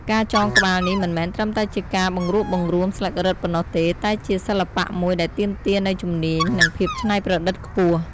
ការចងក្បាលនេះមិនមែនត្រឹមតែជាការបង្រួបបង្រួមស្លឹករឹតប៉ុណ្ណោះទេ តែជាសិល្បៈមួយដែលទាមទារនូវជំនាញ និងភាពច្នៃប្រឌិតខ្ពស់។